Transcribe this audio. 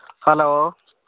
hello